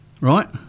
right